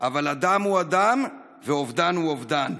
אבל אדם הוא אדם ואובדן הוא אובדן.